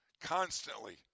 constantly